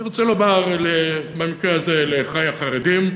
אני רוצה לומר במקרה הזה לאחי החרדים,